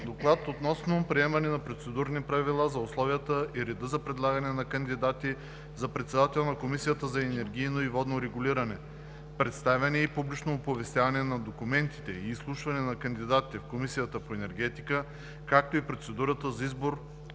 обсъди и гласува Процедурни правила за условията и реда за предлагане на кандидати за председател на Комисията за енергийно и водно регулиране, представяне и публично оповестяване на документите и изслушване на кандидатите в Комисията по енергетика, както и процедурата за избор